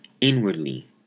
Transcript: inwardly